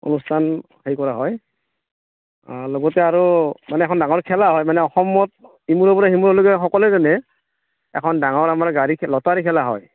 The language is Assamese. অনুষ্ঠান হেৰি কৰা হয় লগতে আৰু মানে এখন ডাঙৰ খেলা হয় মানে অসমত ইমূৰৰপৰা সিমূৰলৈকে সকলোৱে জানে এখন ডাঙৰ আমাৰ গাড়ী খেলা লটাৰী খেলা হয়